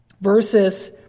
versus